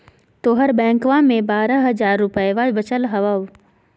तोहर बैंकवा मे बारह हज़ार रूपयवा वचल हवब